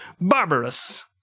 Barbarous